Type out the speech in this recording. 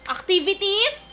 Activities